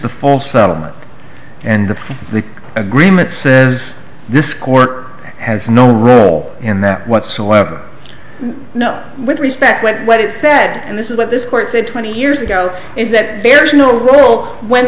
before settlement and the agreement of this cork has no role in that whatsoever no with respect to what is said and this is what this court said twenty years ago is that there is no rule when